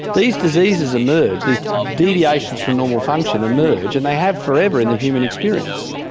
these diseases emerge, these deviations from normal function emerge, and they have forever in the human experience,